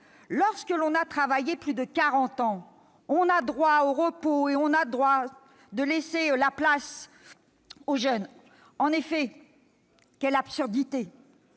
Lorsque l'on a travaillé plus de quarante ans, on a droit au repos et on doit laisser la place aux jeunes. En effet, quelle absurdité